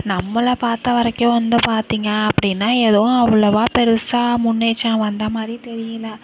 நம்மளை பார்த்த வரைக்கும் வந்து பார்த்தீங்க அப்படின்னா எதுவும் அவ்வளோவா பெருசாக முன்னேச்சா வந்த மாதிரி தெரியிலை